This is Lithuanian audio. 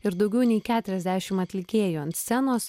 ir daugiau nei keturiasdešim atlikėjų ant scenos